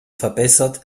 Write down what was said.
verbessert